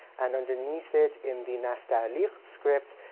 and underneath it in the nastaliq script,